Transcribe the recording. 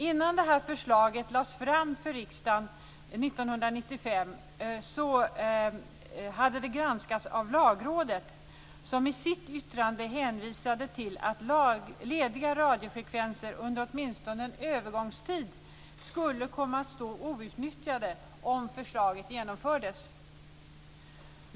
Innan förslaget lades fram för riksdagen 1995 hade det granskats av Lagrådet, som i sitt yttrande hänvisade till att lediga radiofrekvenser under åtminstone en övergångstid skulle komma att stå outnyttjade om förslaget genomfördes.